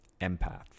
empath